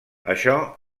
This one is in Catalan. això